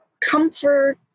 comfort